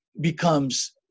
Becomes